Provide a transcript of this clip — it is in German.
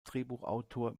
drehbuchautor